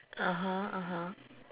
(uh huh) (uh huh)